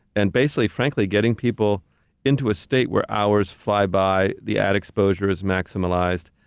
and basically, frankly, getting people into a state where hours fly by, the ad exposure is maximized,